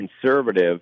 conservative